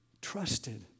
trusted